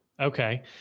Okay